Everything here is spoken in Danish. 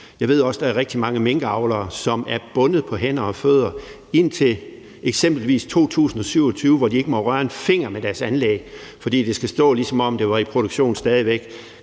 Jeg ved også, der er rigtig mange minkavlere, som er bundet på hænder og fødder indtil eksempelvis 2027, og de må ikke røre en finger med hensyn til deres anlæg, fordi det skal stå, som om det var i produktion stadig væk.